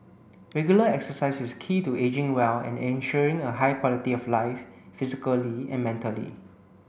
regular exercise is key to ageing well and ensuring a high quality of life physically and mentally